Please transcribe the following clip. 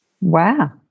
Wow